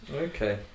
okay